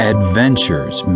Adventures